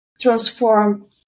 transform